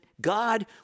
God